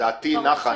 דעתי נחה.